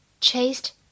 chased